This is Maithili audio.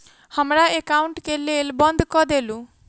हमरा एकाउंट केँ केल बंद कऽ देलु?